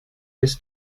his